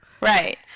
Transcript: right